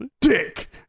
Dick